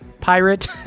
pirate